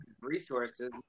resources